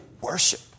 worship